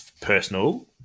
personal